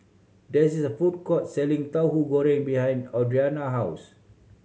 there is a food court selling Tauhu Goreng behind Audrina house